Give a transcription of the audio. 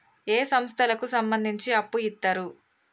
ఏ సంస్థలకు సంబంధించి అప్పు ఇత్తరు?